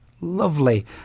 Lovely